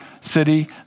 city